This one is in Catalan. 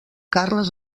carles